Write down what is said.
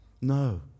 No